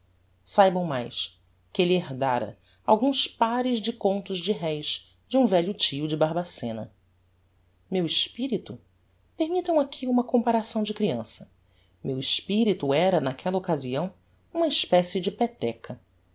saibam mais que elle herdára alguns pares de contos de réis de um velho tio de barbacena meu espirito permittam me aqui uma comparação de criança meu espirito era n'aquella occasião uma especie de peteca